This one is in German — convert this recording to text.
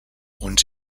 und